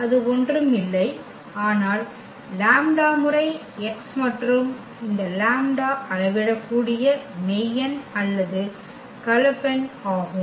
அது ஒன்றும் இல்லை ஆனால் லாம்ப்டா முறை x மற்றும் இந்த லாம்ப்டா அளவிடக்கூடிய மெய் எண் அல்லது கலப்பெண் எண் ஆகும்